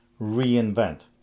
reinvent